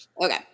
okay